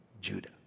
Judah